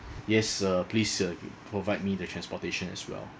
yes uh please uh provide me the transportation as well